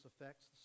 affects